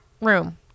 room